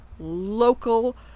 local